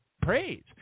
Praise